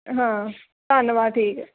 ਹਾਂ ਧੰਨਵਾਦ ਠੀਕ ਹੈ